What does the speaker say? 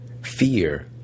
fear